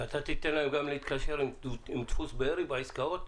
ואתה תיתן להם גם להתקשר עם דפוס בארי בעסקאות?